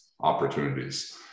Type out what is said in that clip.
opportunities